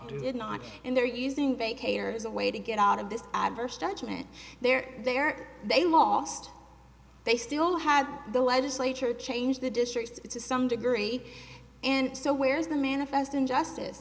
not did not and they're using vacay or as a way to get out of this adverse judgment they're there they lost they still had the legislature change the districts it's a some degree and so where's the manifest injustice